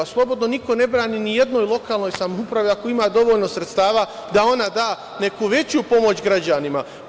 Slobodno, niko ne brani ni jednoj lokalnoj samoupravi ako ima dovoljno sredstava da ona da neku veću pomoć građanima.